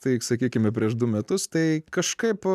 taip sakykime prieš du metus tai kažkaip